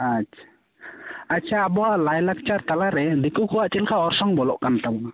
ᱟᱪᱪᱷᱟ ᱟᱪᱪᱷᱟ ᱟᱵᱚᱣᱟᱜ ᱞᱟᱭᱞᱟᱠᱪᱟᱨ ᱛᱟᱞᱟᱨᱮ ᱫᱤᱠᱩᱠᱚᱣᱟᱜ ᱪᱮᱫᱞᱮᱠᱟ ᱚᱨᱥᱚᱝ ᱵᱚᱞᱚᱜ ᱠᱟᱱ ᱛᱟᱵᱚᱱᱟ